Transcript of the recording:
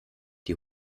die